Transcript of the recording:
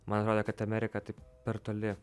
man atrodė kad amerika taip per toli